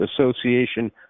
Association